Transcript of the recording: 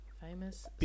Famous